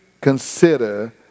consider